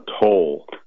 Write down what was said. toll